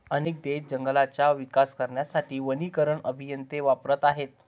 अनेक देश जंगलांचा विकास करण्यासाठी वनीकरण अभियंते वापरत आहेत